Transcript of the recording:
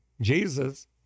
Jesus